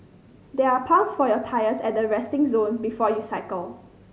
there are pumps for your tyres at the resting zone before you cycle